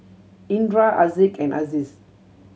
Indra Haziq and Aziz